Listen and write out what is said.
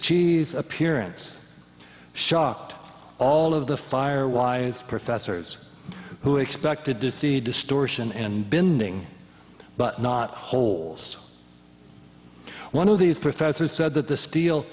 cheese appearance shocked all of the fire wise professors who expected to see distortion and binning but not holes one of these professors said that the steel